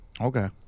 Okay